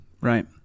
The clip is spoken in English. Right